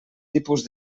tipus